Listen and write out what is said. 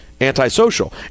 antisocial